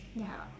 ya